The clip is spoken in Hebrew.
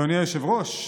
אדוני היושב-ראש,